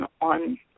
on